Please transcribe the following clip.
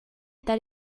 that